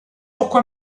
pourquoi